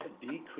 decrease